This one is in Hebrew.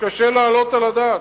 שקשה להעלות על הדעת.